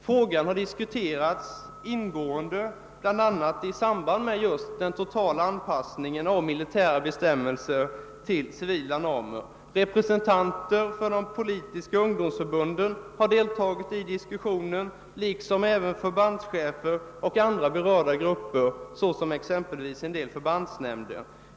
Frågan har ingående diskuterats bl.a. i samband med den totala anpassningen av militära bestämmelser till civila normer. Representanter för de politiska ungdomsförbunden har deltagit i diskussionen liksom även förbandschefer och andra berörda grupper såsom vissa förbandsnämnder.